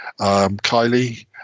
Kylie